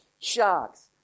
Sharks